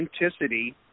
authenticity